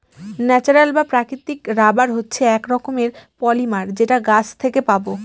natural বা প্রাকৃতিক rubber হচ্ছে এক রকমের পলিমার যেটা গাছ থেকে পাবো